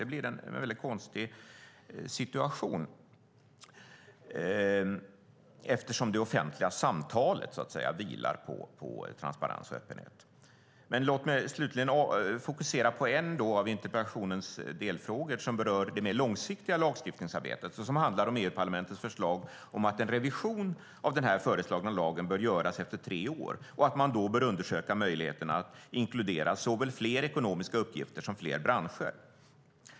Det blir en väldigt konstig situation, eftersom det offentliga samtalet vilar på transparens och öppenhet. Låt mig slutligen fokusera på en av interpellationens delfrågor som berör det mer långsiktiga lagstiftningsarbetet. Det handlar om EU-parlamentets förslag om att en revision av den föreslagna lagen bör göras efter tre år och att man då bör undersöka möjligheterna att inkludera såväl fler ekonomiska uppgifter som fler branscher.